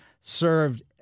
served